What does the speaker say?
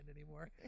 anymore